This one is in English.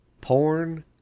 porn